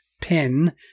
pin